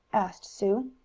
asked sue.